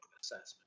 assessment